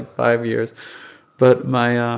five years but my ah